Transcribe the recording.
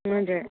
हजुर